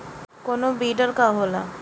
कोनो बिडर का होला?